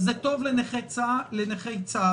זה טוב לנכי צה"ל,